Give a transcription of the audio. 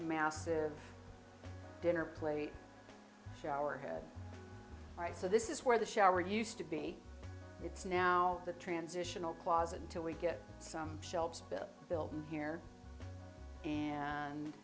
master dinner plate shower head right so this is where the shower used to be it's now the transitional closet until we get some shelves bill built here and